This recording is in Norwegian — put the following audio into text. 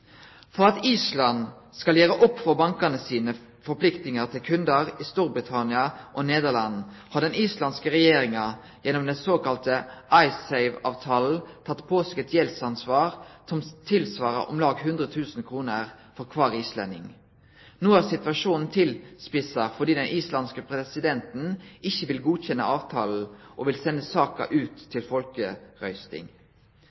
For at Island skal gjere opp for bankane sine forpliktingar til kundar i Storbritannia og Nederland, har den islandske regjeringa gjennom den såkalla Icesave-avtalen teke på seg et gjeldsansvar som tilsvarer om lag eit hundre tusen kroner for kvar islending. No er situasjonen tilspissa fordi den islandske presidenten ikkje vil godkjenne avtalen og vil sende saka ut